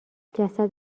جسد